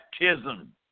baptism